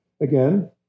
again